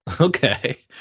Okay